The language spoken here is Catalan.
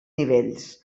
nivells